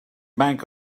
bank